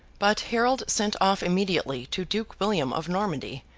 but harold sent off immediately to duke william of normandy,